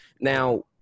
Now